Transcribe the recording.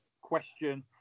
question